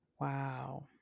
Wow